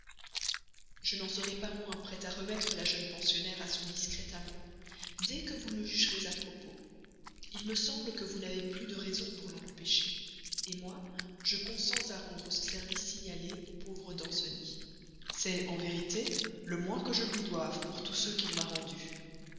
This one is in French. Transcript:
je n'en serai pas moins prêt à remettre la jeune pensionnaire à son discret amant dès que vous le jugerez à propos il me semble que vous n'avez plus de raisons pour l'empêcher moi je consens à rendre ce signalé service au pauvre danceny c'est en vérité le moins que je lui doive pour tous ceux qu'il m'a rendus